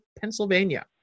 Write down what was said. Pennsylvania